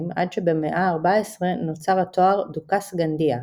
עד שבמאה ה-14 נוצר התואר "דוכס גנדיה".